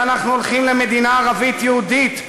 שאנחנו הולכים למדינה ערבית-יהודית?